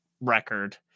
record